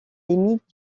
limite